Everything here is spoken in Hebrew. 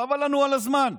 חבל לנו על הזמן.